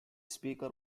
speaker